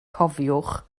cofiwch